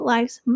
Lives